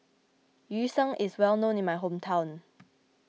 Yu Sheng is well known in my hometown